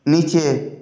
নীচে